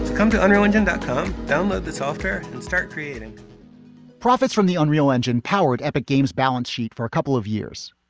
come to unrelenting and to unrelenting um download the software and start creating profits from the unreal engine powered epic games balance sheet for a couple of years.